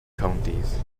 counties